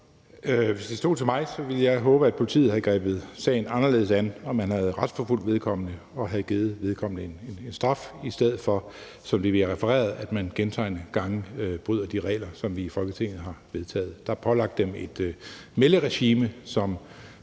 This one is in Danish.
Hvis det stod til mig, ville jeg håbe, at politiet havde grebet sagen anderledes an, og at man havde retsforfulgt vedkommende og havde givet vedkommende en straf, i stedet for, som det bliver refereret, at vedkommende gentagne gange bryder de regler, som vi i Folketinget har vedtaget. Der er pålagt dem et melderegime, som